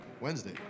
Wednesday